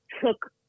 took